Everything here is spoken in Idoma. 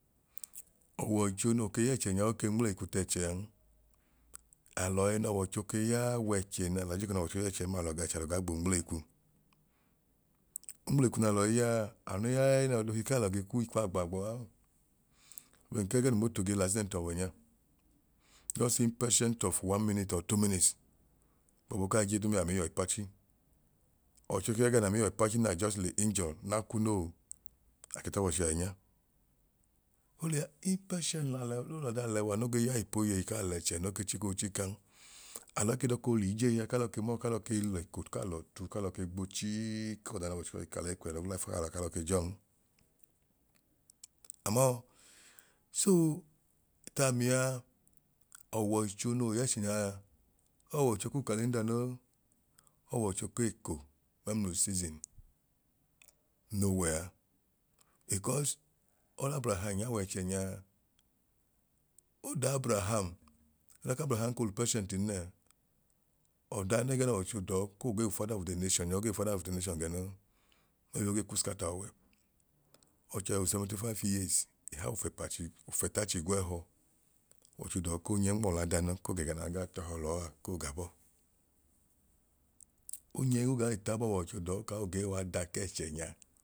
Ọwọicho noo ke yẹẹchẹ nya oke nwuleikwu t'ẹẹchẹa'n alọ ẹnọọwọicho ke ya w'ẹẹchẹ naalọ ike jiiko nọwọicho yẹẹchẹn ma alọ ga ẹchẹ alọ gaa gboo nwuleikwu. Unwuleyikwu naalọ iyaa anu ya naalọ ohi kaalọ ge kwu ikwua agbaagbọau bẹn kẹgẹẹ nu moto gee la acident ọwẹ nyaa just impatient of one minute or two minutes gbọbu kaa je duu a amii yọ ipachi ọwọicho ke ya gaa naa miiyọ ipachi nna just le injure na kwu noo ake tọọwọicho ainya. Oliya impatient la lọ olọda lẹwa no ge ya ipoyeyi kaa lẹchẹ noo ke chiko chikan, alọ ike dọko l'iijea kalọ ke mọọ kalọ ke leko kalọ tu kalọ ke gbo chii kọọda n'ọwọicho yọi ka lẹyi kwẹlu life kalọ a kalọ ke jọọn, amọọ soo taa miaa ọwọicho noo yẹẹchẹ nyaa oọwọicho ku kalenda noo, oọwọicho k'eko mẹmlu season no wẹa because ol'abraham ya w'ẹẹchẹ nyaa odaa abraham ọdan k'abraham ko l'upatienti nnẹẹ ọda nẹgẹ nọwọicho dọọ koo gee wu father of the nation nyaa ogee wu father of the nation gẹ noo maybe ogee ku scater uwẹ ọchẹ wu 75 years ihayi ofẹpache ofẹtachigwẹẹhọ ọwọicho dọọ koo nyẹ nmọ ọladanu ko gẹga naa gaa tẹhọ lọọ a koo gabọọ onyẹ ogai taabọ ọwọicho dọọ kawoo ge w'ada kẹẹchẹ nyaa